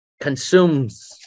consumes